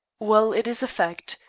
well, it is a fact.